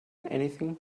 anything